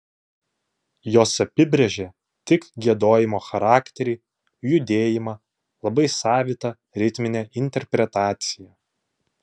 jos apibrėžė tik giedojimo charakterį judėjimą labai savitą ritminę interpretaciją